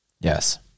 Yes